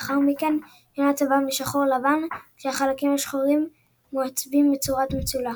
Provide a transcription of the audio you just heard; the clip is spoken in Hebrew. ולאחר מכן שונה צבעם לשחור-לבן כשהחלקים השחורים מעוצבים בצורת מצולע.